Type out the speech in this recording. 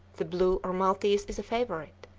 the blue or maltese is a favorite,